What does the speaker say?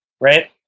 right